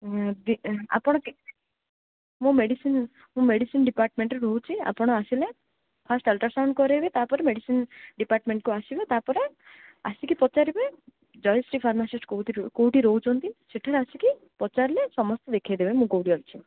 ଆପଣ ମୁଁ ମେଡ଼ିସିନ ମୁଁ ମେଡ଼ିସିନ ଡିପାର୍ଟମେଣ୍ଟରେ ରହୁଛି ଆପଣ ଆସିଲେ ଫାଷ୍ଟ ଅଲଟ୍ରାସାଉଣ୍ଡ୍ କରେଇବେ ତା'ପରେ ମେଡ଼ିସିନ ଡିପାର୍ଟମେଣ୍ଟକୁ ଆସିବେ ତା'ପରେ ଆସିକି ପଚାରିବେ ଜୟଶ୍ରୀ ଫାର୍ମାସିଷ୍ଟ କେଉଁଠି କେଉଁଠି ରହୁଛନ୍ତି ସେଠାରେ ଆସିକି ପଚାରିଲେ ସମସ୍ତେ ଦେଖେଇଦେବେ ମୁଁ କେଉଁଠି ଅଛି